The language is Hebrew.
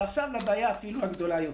ועכשיו לבעיה הגדולה יותר.